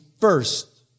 first